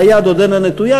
והיד עודנה נטויה.